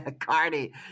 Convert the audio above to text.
Cardi